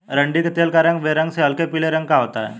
अरंडी के तेल का रंग बेरंग से हल्के पीले रंग का होता है